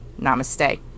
namaste